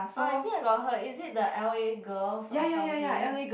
oh I think I got heard is it the L_A Girls or something